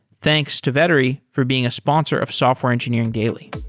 thanks to vettery for being a sponsor of software engineering daily